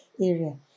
area